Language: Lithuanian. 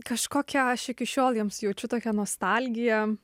kažkokią aš iki šiol jiems jaučiu tokią nostalgiją